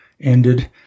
ended